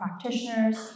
practitioners